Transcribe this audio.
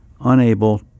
unable